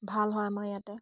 ভাল হয় আমাৰ ইয়াতে